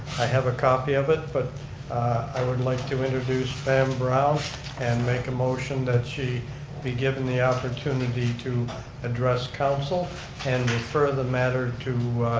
i have a copy of it but i would like to introduce pam brown and make a motion that she be given the opportunity to address council and refer the matter to